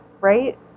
right